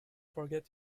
forget